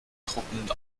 truppen